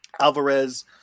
alvarez